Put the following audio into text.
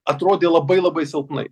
atrodė labai labai silpnai